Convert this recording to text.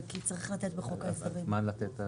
כי צריך מועד להגיש